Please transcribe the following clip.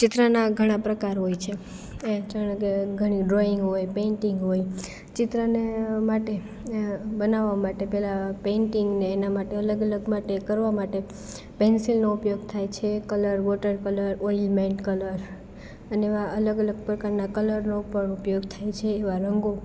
ચિત્રના ઘણા પ્રકાર હોય છે એ જાણે કે ઘણી ડ્રોઈંગ હોય પેંટિંગ હોય ચિત્રને માટે બનાવવા માટે પહેલા પેંટિંગને એના માટે અલગ અલગ કરવા માટે પેન્સિલનો ઉપયોગ થાય છે કલર વોટર કલર ઓઈલમેન્ટ કલર અને એવા અલગ અલગ પ્રકારના કલરનો પણ ઉપયોગ થાય છે એવા રંગો